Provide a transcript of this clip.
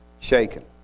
shaken